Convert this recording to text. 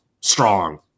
strong